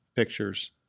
pictures